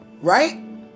right